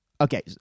okay